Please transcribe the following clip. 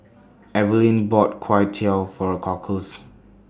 Eveline bought Kway Teow For Cockles